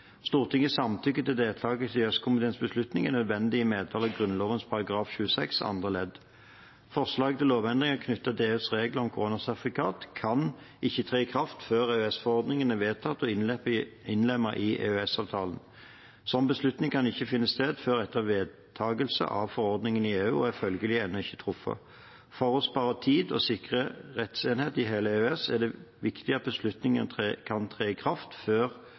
Stortingets samtykke til deltakelse i EØS-komiteens beslutning er nødvendig i medhold av Grunnloven § 26 andre ledd. Forslag til lovendring knyttet til EUs regler om koronasertifikat kan ikke tre i kraft før EØS-forordningen er vedtatt og innlemmet i EØS-avtalen. En sånn beslutning kan ikke finne sted før etter vedtakelse av forordningen i EU og er følgelig ennå ikke truffet. For å spare tid og sikre rettsenhet i hele EØS er det viktig at beslutningen kan tre i kraft